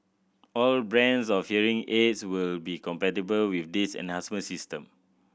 all brands of hearing aids will be compatible with these enhancement system